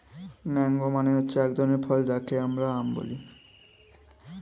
mango মানে হচ্ছে এক ধরনের ফল যাকে আম বলে